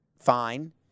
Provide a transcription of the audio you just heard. fine